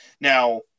Now